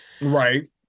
right